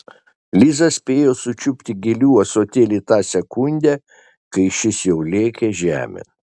liza spėjo sučiupti gėlių ąsotėlį tą sekundę kai šis jau lėkė žemėn